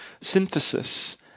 synthesis